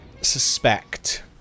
suspect